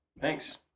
Thanks